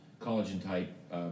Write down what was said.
collagen-type